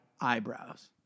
eyebrows